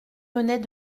venait